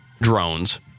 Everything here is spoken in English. drones